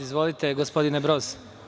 Izvolite, gospodine Broz.